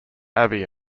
abbey